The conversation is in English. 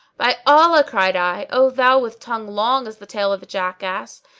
by allah, cried i, o thou with tongue long as the tail of a jackass,